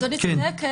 אדוני צודק.